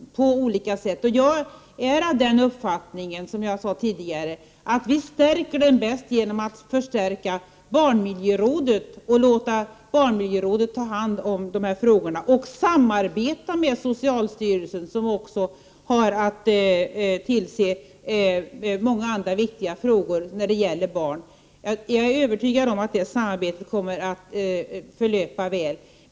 Jag är, som jag sade tidigare, av den uppfattningen att vi gör det bäst genom att förstärka barnmiljörådet och låta barnmiljörådet ta hand om de här frågorna och samarbeta med socialstyrelsen, som har tillsynen över många andra viktiga frågor när det gäller barn. Jag är övertygad om att det samarbetet kommer att förlöpa väl.